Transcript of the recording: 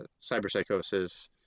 cyberpsychosis